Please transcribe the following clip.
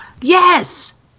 Yes